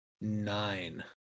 nine